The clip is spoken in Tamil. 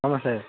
ஆமாம் சார்